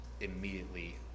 immediately